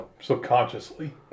subconsciously